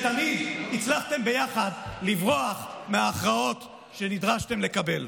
תמיד הצלחתם ביחד לברוח מהכרעות שנדרשתם לקבל.